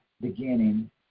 beginning